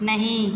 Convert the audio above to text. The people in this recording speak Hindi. नहीं